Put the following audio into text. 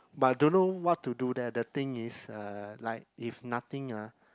but don't know what to do there the thing is uh like if nothing ah